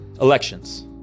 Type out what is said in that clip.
Elections